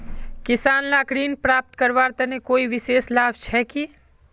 किसान लाक ऋण प्राप्त करवार तने कोई विशेष लाभ छे कि?